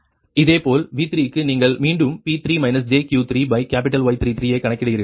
இதேபோல் V3 க்கு நீங்கள் மீண்டும் P3 jQ3capital Y33 ஐ கணக்கிடுகிறீர்கள்